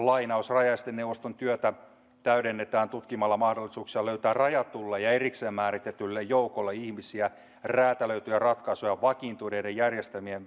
rajaesteneuvoston työtä täydennetään tutkimalla mahdollisuuksia löytää rajatulle ja erikseen määritellylle joukolle ihmisiä räätälöityjä ratkaisuja vakiintuneiden järjestelmien